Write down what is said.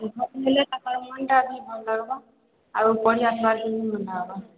ହେଲେ ସକାଳ ମନ୍ଟା ବି ଭଲ ରହିବ ଆଉ ପଢ଼ିବା ପାଇଁ ଭଲ ହବ